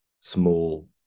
small